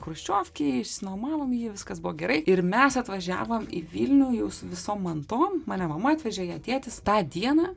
chruščiovkėj išsinuomavom jį viskas buvo gerai ir mes atvažiavom į vilnių jau su visom mantom mane mama atvežė ją tėtis tą dieną